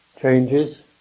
changes